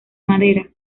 madera